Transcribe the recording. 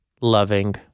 loving